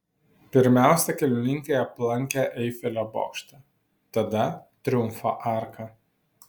pirmiausia keliauninkai aplankė eifelio bokštą tada triumfo arką